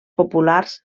populars